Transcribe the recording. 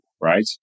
right